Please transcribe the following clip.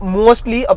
mostly